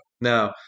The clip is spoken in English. now